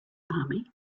army